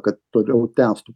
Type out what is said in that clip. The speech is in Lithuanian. kad toliau tęstų